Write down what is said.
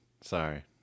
sorry